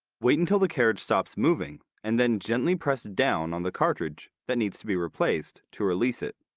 wait until the carriage stops moving and then gently press down on the cartridge that needs to be replaced to release it.